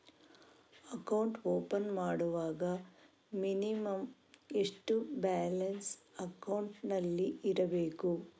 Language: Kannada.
ಅಕೌಂಟ್ ಓಪನ್ ಮಾಡುವಾಗ ಮಿನಿಮಂ ಎಷ್ಟು ಬ್ಯಾಲೆನ್ಸ್ ಅಕೌಂಟಿನಲ್ಲಿ ಇರಬೇಕು?